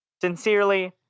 Sincerely